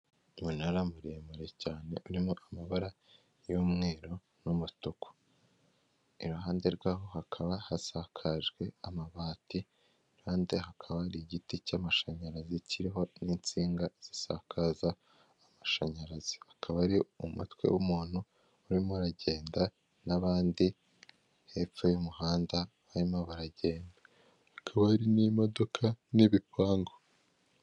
Umunara maremare cyane urimo amabara y'umweru n'umutuku, iruhande rwaho hakaba hasakajwe amabati hakaba igiti cy'amashanyarazi kiriho n'insinga zisakaza amashanyarazi, akaba ari umutwe w'umuntu urimo aragenda n'abandi hepfo y'umuhanda barimo baragenda, akaba n'imodoka n'ibikwangu.